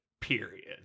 period